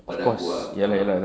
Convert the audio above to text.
of course ya lah ya lah